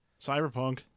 Cyberpunk